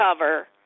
cover